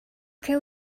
can